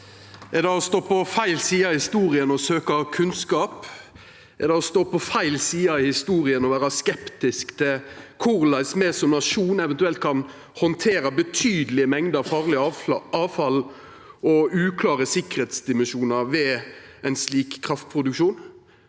Er det å stå på feil side av historia å søkja kunnskap? Er det å stå på feil side av historia å vera skeptisk til korleis me som nasjon eventuelt kan handtera betydelege mengder farleg avfall og uklare sikkerheitsdimensjonar ved ein slik kraftproduksjon?